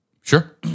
Sure